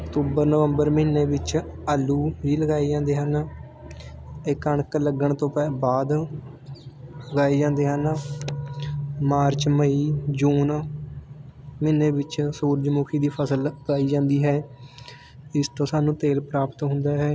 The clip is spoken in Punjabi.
ਅਕਤੂਬਰ ਨਵੰਬਰ ਮਹੀਨੇ ਵਿੱਚ ਆਲੂ ਵੀ ਲਗਾਏ ਜਾਂਦੇ ਹਨ ਅਤੇ ਕਣਕ ਲੱਗਣ ਤੋਂ ਪ ਬਾਅਦ ਉਗਾਏ ਜਾਂਦੇ ਹਨ ਮਾਰਚ ਮਈ ਜੂਨ ਮਹੀਨੇ ਵਿੱਚ ਸੂਰਜਮੁਖੀ ਦੀ ਫਸਲ ਉਗਾਈ ਜਾਂਦੀ ਹੈ ਇਸ ਤੋਂ ਸਾਨੂੰ ਤੇਲ ਪ੍ਰਾਪਤ ਹੁੰਦਾ ਹੈ